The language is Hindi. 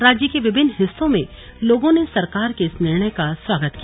राज्य के विभिन्न हिस्सों में लोगों ने सरकार के इस निर्णय का स्वागत किया